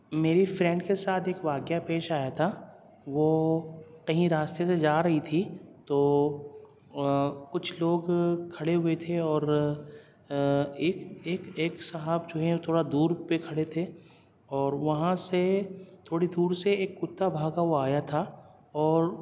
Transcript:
میری فرینڈ کے ساتھ ایک واقعہ پیش آیا تھا وہ کہیں راستے سے جا رہی تھی تو کچھ لوگ کھڑے ہوئے تھے اور ایک ایک ایک صاحب جو ہیں تھوڑا دور پہ کھڑے تھے اور وہاں سے تھوڑی دور سے ایک کتا بھاگا ہوا آیا تھا اور